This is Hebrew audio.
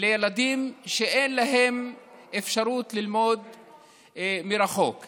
לילדים שאין להם אפשרות ללמוד מרחוק,